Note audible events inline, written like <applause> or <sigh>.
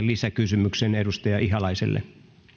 <unintelligible> lisäkysymyksen edustaja ihalaiselle